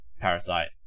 parasite